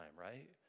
right